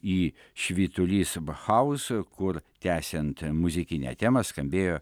į švyturys bhaus kur tęsiant muzikinę temą skambėjo